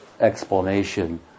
explanation